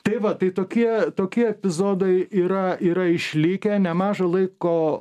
tai va tai tokie tokie epizodai yra yra išlikę nemaža laiko